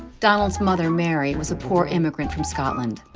donald's mother mary was a poor immigrant from scotland.